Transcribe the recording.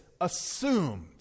assumed